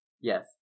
yes